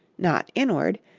not inward,